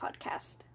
podcast